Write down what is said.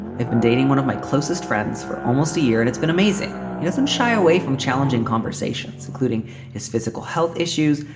i've been dating one of my closest friends for almost a year and it's been amazing. he doesn't shy away from challenging conversations, including his physical health issues,